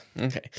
Okay